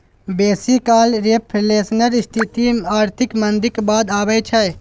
बेसी काल रिफ्लेशनक स्थिति आर्थिक मंदीक बाद अबै छै